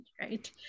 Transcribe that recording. Right